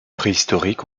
préhistoriques